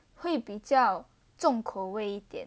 会比较重口味一点